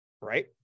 right